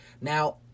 now